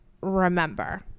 remember